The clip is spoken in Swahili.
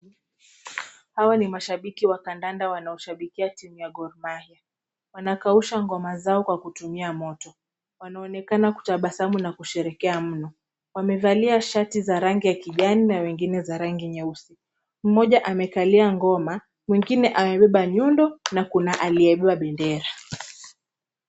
Hawa ni mashabiki wa kandanda wanaoshabikia timu ya Gormahia, wanakausha ngoma zao Kwa kutumia moto, wanaonekana kutabasamu na kusherekea mno. Wamevalia shati za rangi ya kijani na wengine yenye rangi nyeusi. Mmoja amekalia ngoma, mwingine amebeba nyundo na kuna aliyebeba bendera.